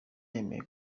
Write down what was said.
yemeye